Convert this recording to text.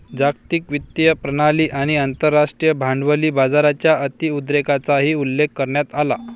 जागतिक वित्तीय प्रणाली आणि आंतरराष्ट्रीय भांडवली बाजाराच्या अति उदारीकरणाचाही उल्लेख करण्यात आला